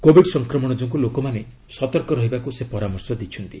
covid ସଂକ୍ରମଣ ଯୋଗୁଁ ଲୋକମାନେ ସତର୍କ ରହିବାକୁ ସେ ପରାମର୍ଶ ଦେଇଛନ୍ତି